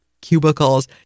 cubicles